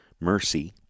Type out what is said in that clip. mercy